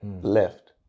left